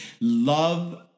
Love